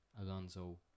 Alonso